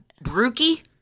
brookie